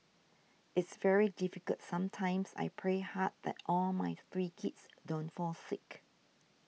it's very difficult sometimes I pray hard that all my three kids don't fall sick